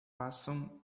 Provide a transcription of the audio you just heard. passam